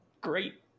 great